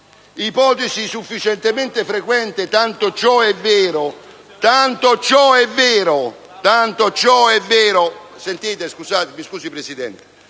ipotesi sufficientemente frequente, tant'è vero...